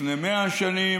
לפני מאה שנים,